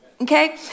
okay